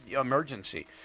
emergency